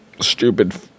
stupid